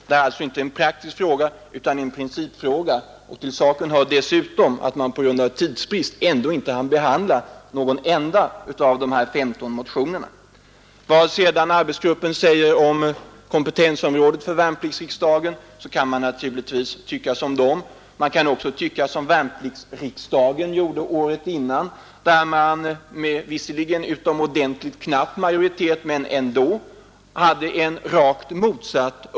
Det är inte en praktisk fråga utan en principfråga för mig. Till saken hör dessutom att man på grund av tidsbrist ändå inte hann behandla någon enda av dessa 15 motioner. Vad sedan arbetsgruppen säger om kompetensområdet för värnpliktsriksdagen så är detta dess egen uppfattning. Jag vill peka på att värnpliktsriksdagen året innan hade rakt motsatt uppfattning.